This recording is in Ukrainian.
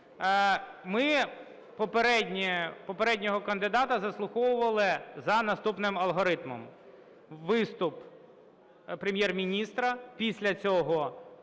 Ми попереднього кандидата заслуховували за наступним алгоритмом: виступ Прем'єр-міністра, після цього